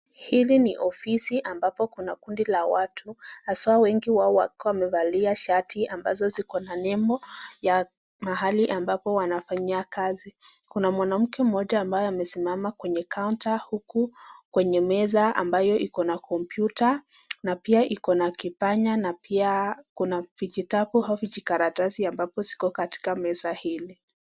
Hili ni ofisi ambapo kuna kundi la watu haswa wengi wao wakiwa wamevalia shati ambazo ziko na nembo ya mahali ambapo wanafanyia kazi. Kuna mwanamke mmoja ambaye amesimama kwenye kaunta huku kwenye meza ambayo iko na kompyuta na pia iko na kipanya na pia kuna vijitabu au vijikaratasi ambapo ziko katika meza hili.